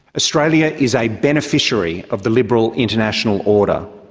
australia is a beneficiary of the liberal international order.